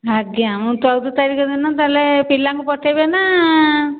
ଆଜ୍ଞା ମୁଁ ଚଉଦ ତାରିଖ ଦିନ ତାହେଲେ ପିଲାଙ୍କୁ ପଠେଇବି ନା